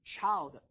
child